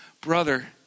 brother